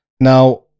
Now